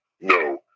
no